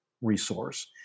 resource